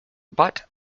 but